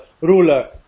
ruler